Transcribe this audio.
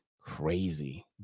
crazy